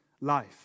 life